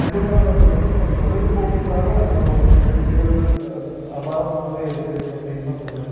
கண்டிப்பாக வந்து வந்து பார்த்திங்கனா ஒரு பொழுதுபோக்குக்காக நம்ம அந்த நிகழ்ச்சிகள் அபாரமாகவே இருக்குது அப்படினு தான் சொல்லுவேன்